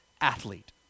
athlete